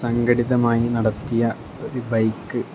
സംഘടിതമായി നടത്തിയ ഒരു ബൈക്ക്